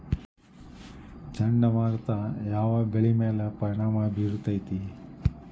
ಚಂಡಮಾರುತ ಯಾವ್ ಬೆಳಿ ಮ್ಯಾಲ್ ಪರಿಣಾಮ ಬಿರತೇತಿ?